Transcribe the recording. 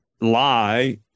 lie